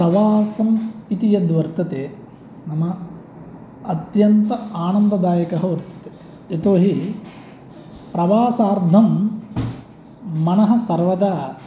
प्रवासम् इति यद् वर्तते नाम अत्यन्त आनन्ददायकः वर्तते यतोहि प्रवासार्थं मनः सर्वदा